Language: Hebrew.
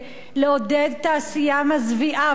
לעודד תעשייה מזוויעה,